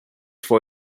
for